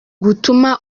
gutuma